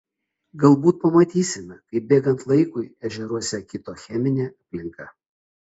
galbūt pamatysime kaip bėgant laikui ežeruose kito cheminė aplinka